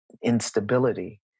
instability